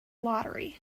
lottery